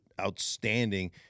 outstanding